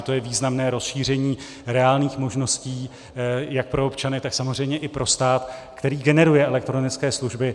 To je významné rozšíření reálných možností jak pro občany, tak samozřejmě i pro stát, který generuje elektronické služby.